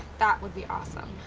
that would be awesome.